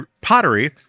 pottery